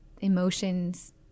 emotions